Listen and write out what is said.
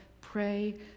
pray